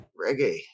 reggae